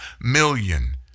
million